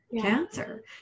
cancer